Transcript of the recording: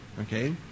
okay